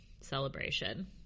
celebration